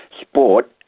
sport